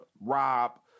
Rob